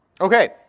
Okay